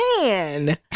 Man